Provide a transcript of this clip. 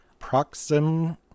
proxim